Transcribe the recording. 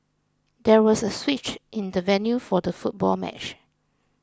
there was a switch in the venue for the football match